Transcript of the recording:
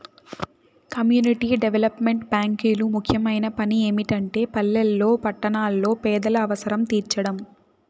community development బ్యేంకులు ముఖ్యమైన పని ఏమిటంటే పల్లెల్లో పట్టణాల్లో పేదల అవసరం తీర్చడం